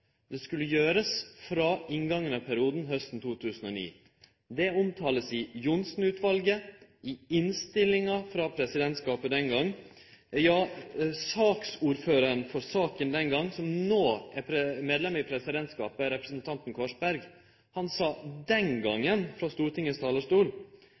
Det skulle gjerast frå inngangen av perioden, hausten 2009. Det er omtala i Johnsen-utvalget, i innstillinga frå presidentskapet den gongen, ja, saksordføraren for saka den gongen, som no er medlem i presidentskapet – representanten Korsberg – sa